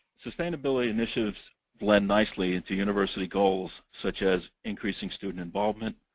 sustainability initiatives blend nicely into university goals. such as increasing student involvement,